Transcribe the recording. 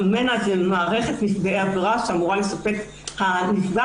מנ"ע היא מערכת נפגעי עבירה שאמורה לספק מידע.